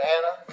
Anna